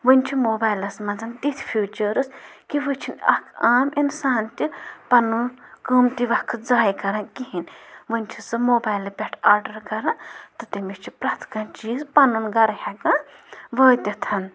وٕنۍ چھِ موبایلَس منٛز تِتھِ فیوٗچٲرٕس کہِ وٕ چھِنہٕ اَکھ عام اِنسان تہِ پَنُن قۭمتی وقت ضایع کَران کِہیٖنۍ وَنۍ چھِ سُہ موبایلہٕ پٮ۪ٹھ آرڈَر کَران تہٕ تٔمِس چھِ پرٛٮ۪تھ کانٛہہ چیٖز پَنُن گَرٕ ہٮ۪کان وٲتِتھ